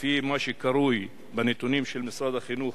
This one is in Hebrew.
לפי מה שקרוי בנתונים של משרד החינוך,